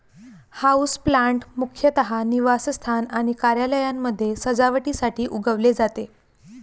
houseplant मुख्यतः निवासस्थान आणि कार्यालयांमध्ये सजावटीसाठी उगवले जाते